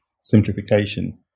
simplification